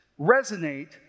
resonate